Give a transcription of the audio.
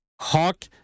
Hawk